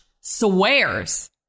swears